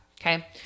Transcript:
Okay